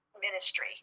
ministry